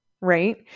right